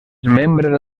membre